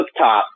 cooktop